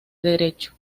derecho